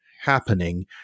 happening